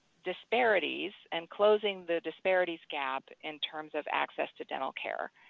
disparities and closing the disparities gap in terms of access to dental care.